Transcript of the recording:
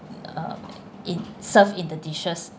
uh in served in the dishes